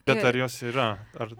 bet ar jos yra ar